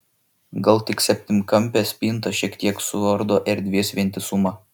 gal tik septynkampė spinta šiek tiek suardo erdvės vientisumą